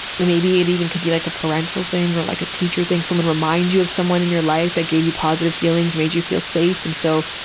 maybe it even could be like a parental thing, or like a teacher thing, someone reminds you of someone in your life that gave you positive feelings made you feel safe. and so,